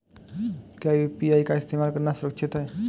क्या यू.पी.आई का इस्तेमाल करना सुरक्षित है?